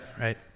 right